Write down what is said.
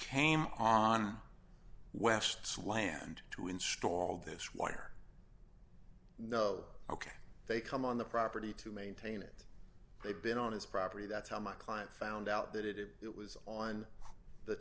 came on west's land to install this wire ok they come on the property to maintain it they've been on his property that's how my client found out that it was on the